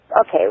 Okay